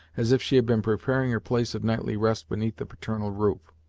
as if she had been preparing her place of nightly rest beneath the paternal roof.